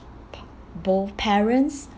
p~ both parents